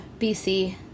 BC